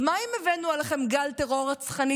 אז מה אם הבאנו עליכם גל טרור רצחני,